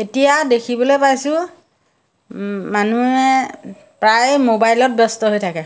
এতিয়া দেখিবলৈ পাইছোঁ মানুহে প্ৰায়ে মোবাইলত ব্যস্ত হৈ থাকে